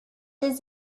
does